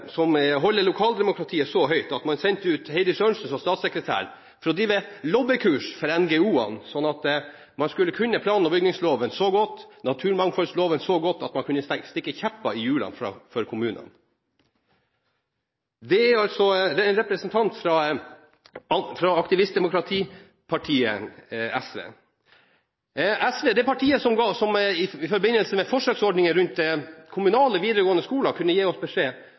lokaldemokratiet så høyt at man sendte ut Heidi Sørensen som statssekretær for å drive lobbykurs for Ngo-ene, sånn at man skulle kunne plan- og bygningsloven og naturmangfoldloven så godt at man kunne stikke kjepper i hjulene for kommunene. Det er en representant fra aktivistdemokratipartiet SV. SV er det partiet som i forbindelse med forsøksordninger rundt kommunale videregående skoler kunne gi oss beskjed